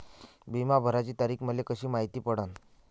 बिमा भराची तारीख मले कशी मायती पडन?